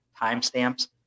timestamps